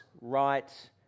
right